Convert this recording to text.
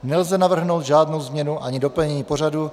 Nelze navrhnout žádnou změnu ani doplnění pořadu.